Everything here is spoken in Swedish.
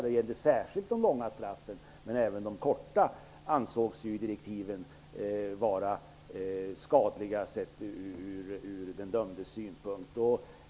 Det gällde särskilt de långa straffen, men även de korta ansågs i direktiven vara skadliga sett från den dömdes synpunkt.